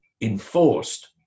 enforced